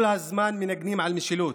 כל הזמן מנגנים על משילות.